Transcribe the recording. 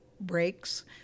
breaks